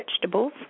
vegetables